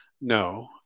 No